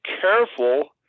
careful